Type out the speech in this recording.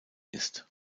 ist